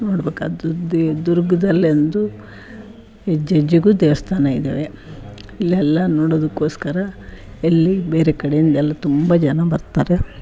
ನೋಡ್ಬೇಕಾದದ್ದು ದುರ್ಗದಲ್ಲಿ ಅಂದು ಹೆಜ್ಜೆ ಹೆಜ್ಜೆಗೂ ದೇವಸ್ಥಾನ ಇದ್ದಾವೆ ಇಲ್ಲೆಲ್ಲ ನೋಡೋದಕ್ಕೋಸ್ಕರ ಎಲ್ಲಿ ಬೇರೆ ಕಡೆಯಿಂದ ಎಲ್ಲ ತುಂಬ ಜನ ಬರ್ತಾರೆ